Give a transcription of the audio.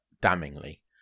damningly